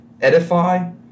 Edify